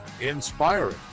inspiring